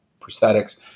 prosthetics